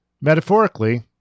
metaphorically